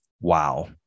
Wow